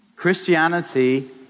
Christianity